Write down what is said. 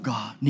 God